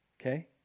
Okay